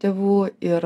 tėvų ir